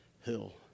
hill